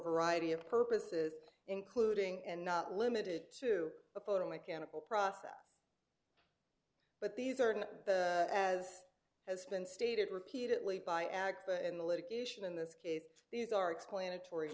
variety of purposes including and not limited to a potent mechanical process but these are not as has been stated repeatedly by act in the litigation in this case these are explanatory